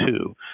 two